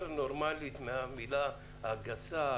אין לנו מילה בלקסיקון העברי יותר נורמלית מהמילה הגסה,